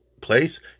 place